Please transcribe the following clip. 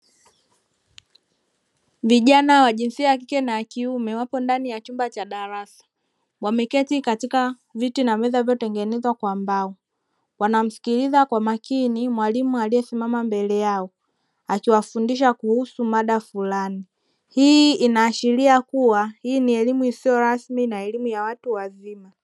Vijana wa jinsia ya kike na ya kiume wapo ndani ya chumba cha darasa; wameketi katika viti na meza zilizotengenezwa kwa mbao, wanamsikiliza kwa makini mwalimu aliyesimama mbele yao, akiwafundisha kuhusu mada flani. Hii inaashiria kuwa hii ni elimu isiyo rasmi na elimu ya watu wazima.